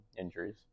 injuries